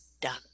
done